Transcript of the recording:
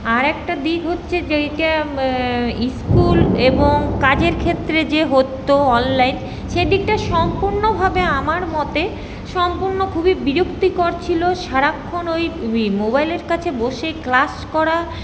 আর একটা দিক হচ্ছে যেইটা ইস্কুল এবং কাজের ক্ষেত্রে যে হতো অনলাইন সেদিকটা সম্পূর্ণভাবে আমার মতে সম্পূর্ণ খুবই বিরক্তিকর ছিল সারাক্ষণ ওই ওই মোবাইলের কাছে বসে ক্লাস করা